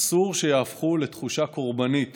אסור שיהפכו לתחושה קורבנית